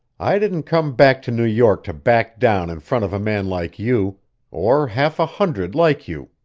i didn't come back to new york to back down in front of a man like you or half a hundred like you.